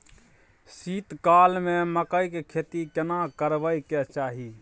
शीत काल में मकई के खेती केना करबा के चाही?